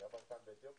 באמת